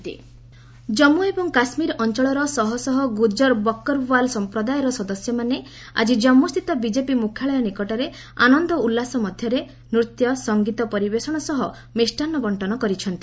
Gujjars celebration Jammu ଏବଂ କାଶ୍ମୀର ଅଞ୍ଚଳର ଶହ ଶହ ଗୁଜର ବକ୍କରଓ୍ୱାଲ ସମ୍ପ୍ରଦାୟର ସଦସ୍ୟମାନେ ଆକି ଜାମ୍ମୁସ୍ଥିତ ବିଜେପି ମୁଖ୍ୟାଳୟ ନିକଟରେ ଆନନ୍ଦଉଲ୍ଲାସ ମଧ୍ୟରେ ନୂତ୍ୟସଙ୍ଗୀତ ପରିବେଷଣ ସହ ମିଷ୍ଟାନ୍ନ ବଣ୍ଜନ କରିଛନ୍ତି